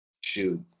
Shoot